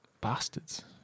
Bastards